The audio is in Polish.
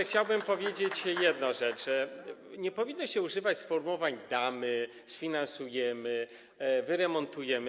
Chciałbym powiedzieć jedną rzecz, że nie powinno się używać sformułowań: damy, sfinansujemy, wyremontujemy.